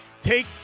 Take